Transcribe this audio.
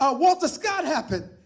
ah walter scott happened.